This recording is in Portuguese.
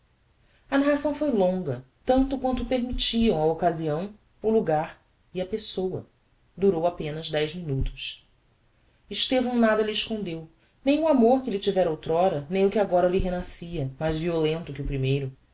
a narração foi longa tanto quanto o permittiam a occasião o logar e a pessoa durou apenas dez minutos estevão nada lhe escondeu nem o amor que lhe tivera out'rora nem o que agora lhe renascia mais violento que o primeiro